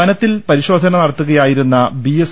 വനത്തിൽ പരിശോധന നടത്തുകയായിരുന്ന ബിഎസ്